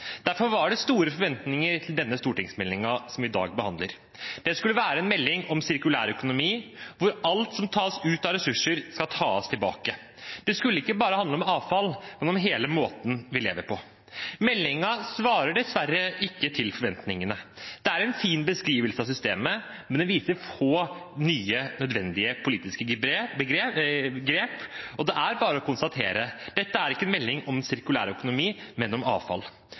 Derfor var det store forventninger til stortingsmeldingen som vi i dag behandler. Den skulle være en melding om sirkulær økonomi, hvor alt som tas ut av ressurser, skal tas tilbake. Det skulle ikke bare handle om avfall, men om hele måten vi lever på. Meldingen svarer dessverre ikke til forventningene. Det er en fin beskrivelse av systemet, men den viser få nye, nødvendige politiske grep, og det er bare å konstatere: Dette er ikke en melding om sirkulær økonomi, men om avfall.